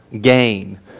gain